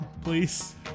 please